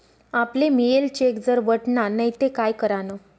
आपले मियेल चेक जर वटना नै ते काय करानं?